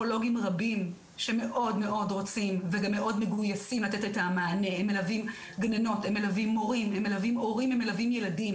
הם מלווים גננות הם מלווים מורים הם מלווים הורים והם מלווים ילדים,